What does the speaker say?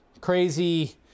crazy